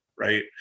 Right